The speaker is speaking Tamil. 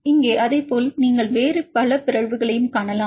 இங்கே அதேபோல் நீங்கள் வேறு பல பிறழ்வுகளையும் காணலாம்